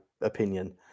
opinion